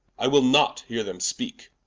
i will not heare them speake